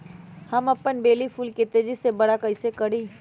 हम अपन बेली फुल के तेज़ी से बरा कईसे करी?